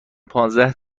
پانزده